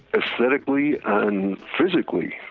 aesthetically and physically